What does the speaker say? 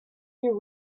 you